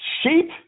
sheep